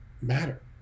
matter